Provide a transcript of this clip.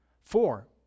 four